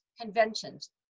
conventions